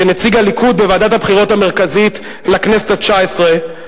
כנציג הליכוד בוועדת הבחירות לכנסת התשע-עשרה,